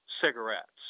cigarettes